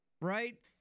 right